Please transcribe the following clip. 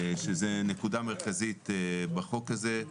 שזו נקודה מרכזית בחוק הזה.